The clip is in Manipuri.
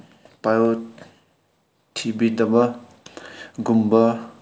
ꯄꯥꯏꯌꯣ ꯊꯤꯕꯤꯗꯕꯒꯨꯝꯕ